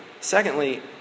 Secondly